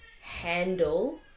handle